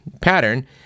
pattern